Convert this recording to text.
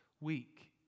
week